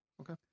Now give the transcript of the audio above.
Okay